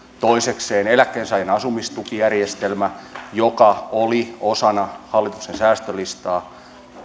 toisekseen eläkkeensaajan asumistukijärjestelmä joka oli osana hallituksen säästölistaa